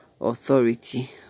authority